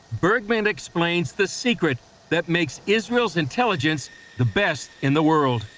bergman explains the secret that makes israel's intelligence the best in the world.